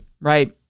right